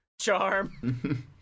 charm